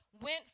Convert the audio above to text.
went